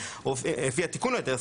לפי התיקון להיתר,